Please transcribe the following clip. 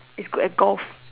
he's good at golf